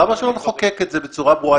למה לא לחוקק את זה בצורה ברורה.